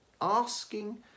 Asking